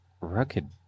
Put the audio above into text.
Rugged